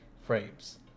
frames